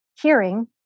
hearing